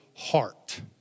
Heart